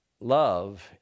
love